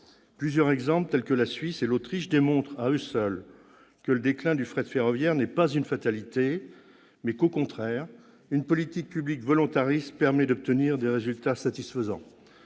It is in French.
Plusieurs exemples, tels que ceux de la Suisse et de l'Autriche, démontrent à eux seuls que le déclin du fret ferroviaire n'est pas une fatalité, mais qu'au contraire, une politique publique volontariste permet d'obtenir des résultats satisfaisants.